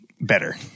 better